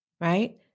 right